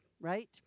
right